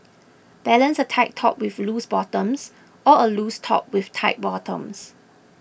balance a tight top with loose bottoms or a loose top with tight bottoms